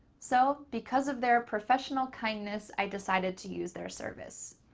so because of their professional kindness, i decided to use their service.